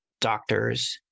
Doctors